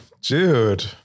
dude